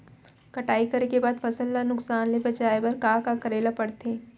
कटाई करे के बाद फसल ल नुकसान ले बचाये बर का का करे ल पड़थे?